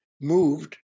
moved